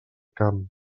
camp